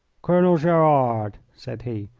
colonel gerard, said he,